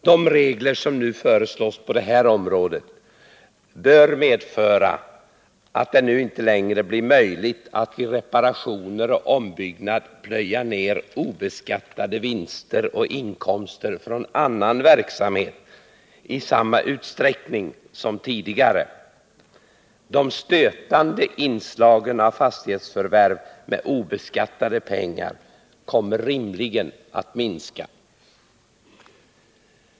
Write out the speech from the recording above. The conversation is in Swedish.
De regler som nu föreslås på det här området bör medföra att det inte längre blir möjligt att vid reparationer och ombyggnad plöja ned obeskattade vinster och inkomster från annan verksamhet i samma utsträckning som tidigare. De stötande inslagen av fastighetsförvärv med obeskattade pengar kommer rimligen att minska.